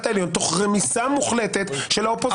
העליון תוך רמיסה מוחלטת של האופוזיציה.